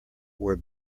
were